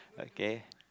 okay